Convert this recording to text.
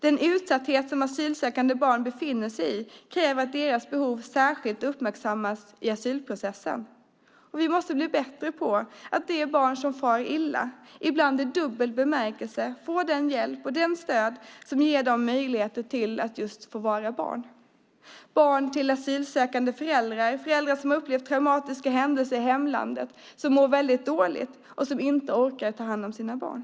Den utsatthet som asylsökande barn befinner sig i kräver att deras behov särskilt uppmärksammas i asylprocessen. Vi måste bli bättre på att se till att de barn som far illa, ibland i dubbel bemärkelse, får den hjälp och det stöd som gör att de får möjlighet att just få vara barn. Det gäller barn till asylsökande föräldrar som upplevt traumatiska händelser i hemlandet, som mår väldigt dåligt och som inte orkar ta hand om sina barn.